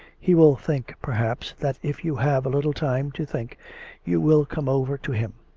he will think, perhaps, that if you have a little time to think you will come over to him.